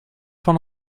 van